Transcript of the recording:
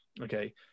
okay